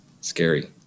Scary